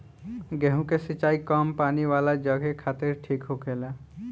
गेंहु के सिंचाई कम पानी वाला जघे खातिर ठीक होखेला